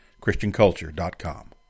ChristianCulture.com